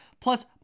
plus